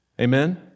Amen